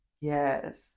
Yes